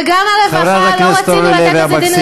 וגם הרווחה לא רוצים לתת לזה דין רציפות.